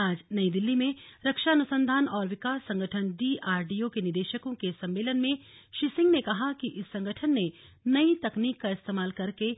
आज नई दिल्ली में रक्षा अनुसंधान और विकास संगठन डीआरडीओ के निदेशकों को सम्मेलन में श्री सिंह ने कहा कि इस संगठन ने नई तकनीक का इस्तेमाल करके